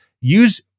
Use